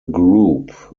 group